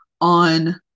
on